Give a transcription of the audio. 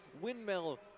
windmill